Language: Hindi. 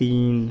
तीन